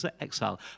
exile